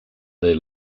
they